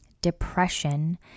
depression